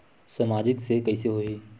सामाजिक से कइसे होही?